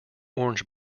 orange